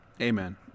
Amen